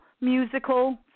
musical